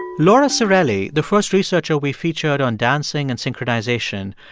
laura cirelli, the first researcher we featured on dancing and synchronization,